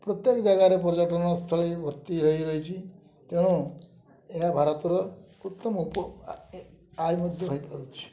ପ୍ରତ୍ୟେକ ଜାଗାରେ ପର୍ଯ୍ୟଟନସ୍ଥଳୀ ଭର୍ତ୍ତି ରହିଚି ତେଣୁ ଏହା ଭାରତର ଉତ୍ତମ ଆୟ ମଧ୍ୟ ହେଇପାରୁଛି